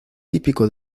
típico